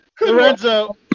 Lorenzo